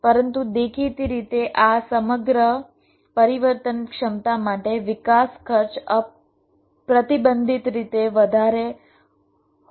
પરંતુ દેખીતી રીતે આ સમગ્ર પરિવર્તનક્ષમતા માટે વિકાસ ખર્ચ પ્રતિબંધિત રીતે વધારે હોઈ શકે છે